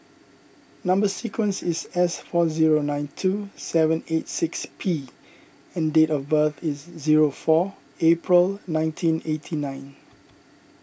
Number Sequence is S four zero nine two seven eight six P and date of birth is zero four April nineteen eighty nine